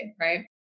Right